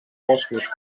boscos